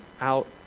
out